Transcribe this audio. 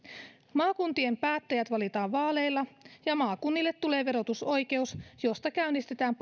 maakuntien päättäjät valitaan vaaleilla ja maakunnille tulee verotusoikeus josta käynnistetään